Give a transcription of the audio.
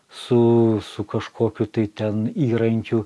su su kažkokiu tai ten įrankiu